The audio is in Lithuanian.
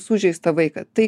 sužeistą vaiką tai